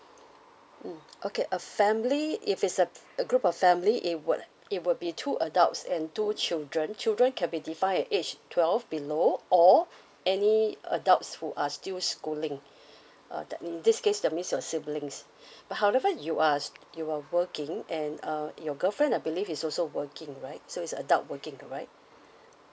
mm okay a family if it's a a group of family it would it will be two adults and two children children can be defined at age twelve below or any adults who are still schooling uh that mean this case that means your siblings but however you are you were working and uh your girlfriend I believe is also working right so is adult working alright